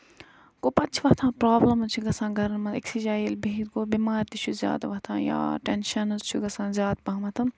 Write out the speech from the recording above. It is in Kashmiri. گوٚو پَتہٕ چھِ وۄتھان پرابلِمٕز چھِ گژھان گرن منز أکسے جایہِ ییٚلہِ بِہتھ گوٚو بٮ۪مار تہِ چھُ زیادٕ وۄتھان یا ٹینشنٕز چھِ گژھان زیادٕ پَہمتھ